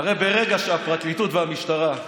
הרי ברגע שהפרקליטות והמשטרה,